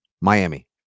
Miami